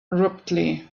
abruptly